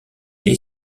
est